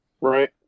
Right